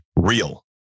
real